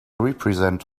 represent